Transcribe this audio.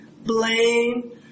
blame